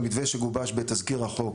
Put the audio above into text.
שגובש בתזכיר החוק.